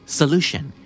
solution